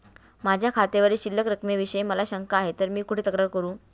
माझ्या खात्यावरील शिल्लक रकमेविषयी मला शंका आहे तर मी कुठे तक्रार करू?